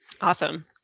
Awesome